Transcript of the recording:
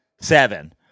seven